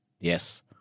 Yes